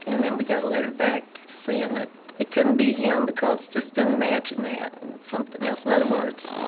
and then we get a letter back saying that it couldn't be him, because this didn't match and that, and something else. in other words,